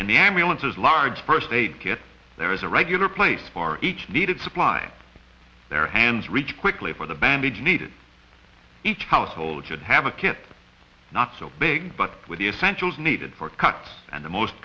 in the ambulances large first aid kit there was a regular place for each needed supply their hands reach quickly for the bandage needed each household should have a kit not so big but with the essentials needed for cuts and the most